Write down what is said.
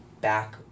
back